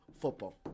football